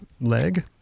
Leg